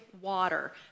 water